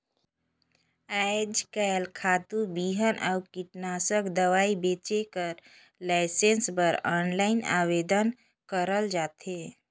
आएज काएल खातू, बीहन अउ कीटनासक दवई बेंचे कर लाइसेंस बर आनलाईन आवेदन करल जाथे